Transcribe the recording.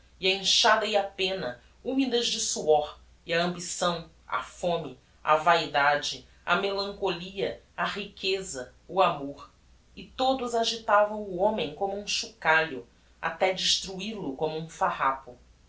e a enxada e a penna humidas de suor e a ambição a fome a vaidade a melancholia a riqueza o amor e todos agitavam o homem como um chocalho até destruil o como um farrapo